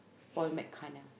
paul mcconnor